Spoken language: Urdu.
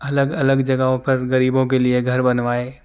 الگ الگ جگہوں پر غریبوں کے لیے گھر بنوائے